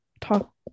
talk